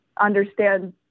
understand